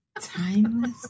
Timeless